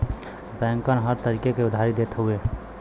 बैंकन हर तरीके क उधारी देत हउए